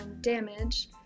damage